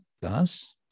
Das